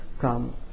come